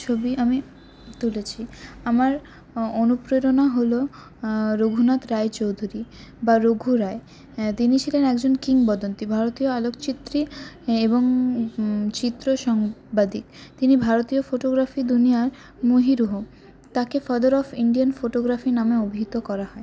ছবি আমি তুলেছি আমার অনুপ্রেরণা হলো রঘুনাথ রায়চৌধুরী বা রঘু রায় তিনি ছিলেন একজন কিংবদন্তী ভারতীয় আলোকচিত্রী এবং চিত্র সংবাদিক তিনি ভারতীয় ফোটোগ্রাফি দুনিয়ার মহিরুহ তাকে ফাদার অফ ইন্ডিয়ান ফোটোগ্রাফি নামে অভিহিত করা হয়